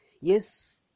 Yes